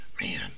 Man